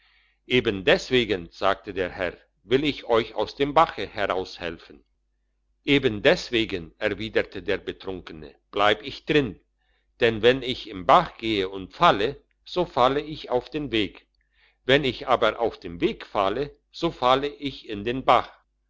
eben deswegen sagte der herr will ich euch aus dem bache heraushelfen eben deswegen erwiderte der betrunkene bleib ich drin denn wenn ich im bach gehe und falle so falle ich auf den weg wenn ich aber auf dem weg falle so falle ich in den bach